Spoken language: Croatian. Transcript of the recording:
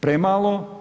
Premalo.